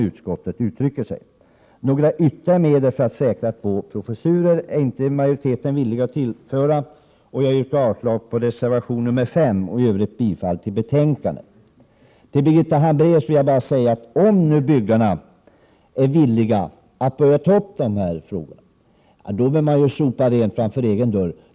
Några ytterligare medel för att säkra två professurer är majoriteten inte villig att tillstyrka, och jag yrkar avslag på reservation 5. Till Birgitta Hambraeus vill jag bara säga: Om nu byggarna är villiga att börja ta upp dessa frågor, då behöver man sopa rent framför egen dörr.